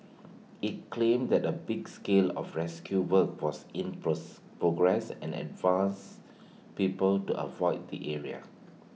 IT claimed that A big scale of rescue work was in progress and advised people to avoid the area